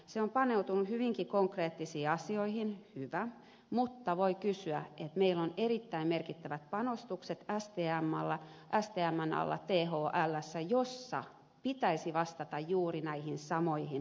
se on paneutunut hyvinkin konkreettisiin asioihin hyvä mutta meillä on erittäin merkittävät panostukset stmssä thlssä joilla pitäisi vastata juuri näihin samoihin haasteisiin